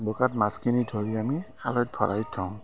বোকাত মাছখিনি ধৰি আমি খালৈত ভৰাই থওঁ